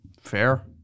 Fair